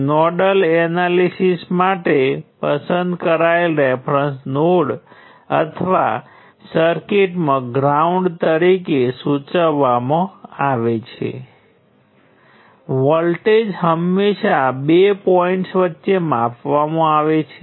તો સૌ પ્રથમ તે સ્પષ્ટ છે કે આ કરંટ સ્ત્રોત ફક્ત નોડ 2 માટેના સમીકરણમાં જ દેખાય છે કારણ કે તે નોડ 2 અને સંદર્ભ નોડ વચ્ચે જોડાયેલ છે